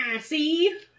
see